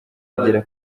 agera